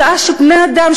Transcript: בשעה שבני-אדם,